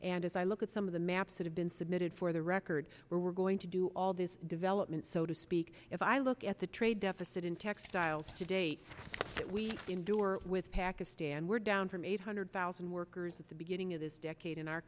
and as i look at some of the maps that have been submitted for the record we're going to do all this development so to speak if i look at the trade deficit in textiles today we endure with pakistan we're down from eight hundred thousand workers at the beginning of this decade in our